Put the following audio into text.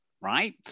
right